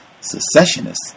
Secessionists